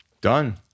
Done